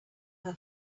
her